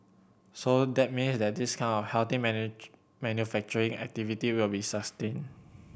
so that means that this kind healthy manufacturing activity will be sustained